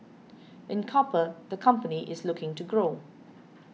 in copper the company is looking to grow